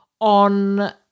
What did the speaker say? on